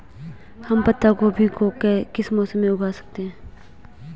हम पत्ता गोभी को किस मौसम में उगा सकते हैं?